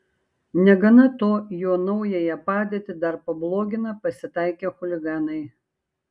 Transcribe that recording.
negana to jo naująją padėtį dar pablogina pasitaikę chuliganai